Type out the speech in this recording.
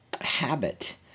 habit